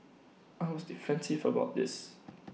I was defensive about this